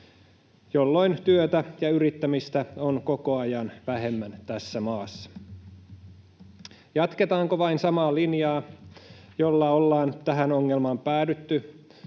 jolloin työtä ja yrittämistä on koko ajan vähemmän tässä maassa. Jatketaanko vain samaa linjaa, jolla ollaan tähän ongelmaan päädytty,